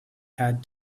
had